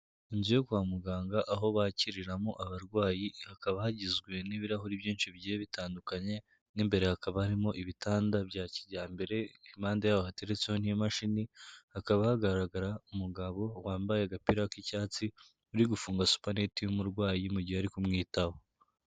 Inzu yo kwa muganga aho bakiriramo abarwayi, hakaba hagizwe n'ibirahuri byinshi bigiye bitandukanye, mo imbere hakaba harimo ibitanda bya kijyambere, impande yaho hateretseho n'imashini, hakaba hagaragara umugabo wambaye agapira k'icyatsi, uri gufunga supaneti y'umurwayi mu gihe ari kumwitaho.